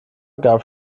gab